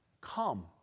come